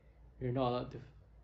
you're not allowed to